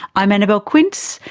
i'm annabelle quince,